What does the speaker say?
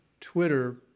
Twitter